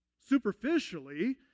Superficially